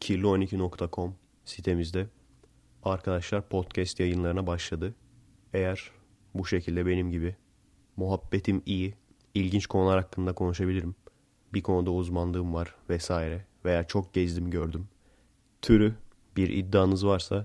kirli12.com sitemizde arkadaşlar podcast yayınlarına başladı. Eğer bu şekilde benim gibi muhabbetim iyi, ilginç konular hakkında konuşabilirim, bir konuda uzmanlığım var vesaire veya çok gezdim gördüm türü bir iddianız varsa